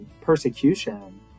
persecution